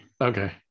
Okay